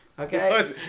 Okay